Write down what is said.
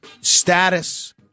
status